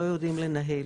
מנהלים אינם יודעים לנהל